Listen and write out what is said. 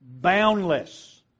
boundless